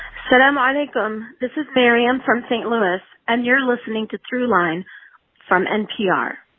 but um ah like um this is miriam from st. louis, and you're listening to throughline from npr